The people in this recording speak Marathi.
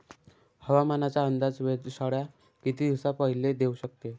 हवामानाचा अंदाज वेधशाळा किती दिवसा पयले देऊ शकते?